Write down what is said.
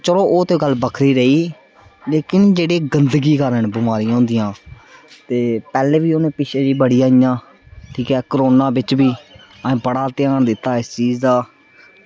चलो ओह् ते गल्ल बक्खरी रेही लेकिन जेह्ड़ी गंदगी कारण बमारियां होंदियां ते पैह्लें बी पिच्छें जेही बड़ियां आइयां ठीक ऐ कोरोना बिच्च बी ऐही बड़ा ध्यान दित्ता इस चीज दा